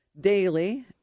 daily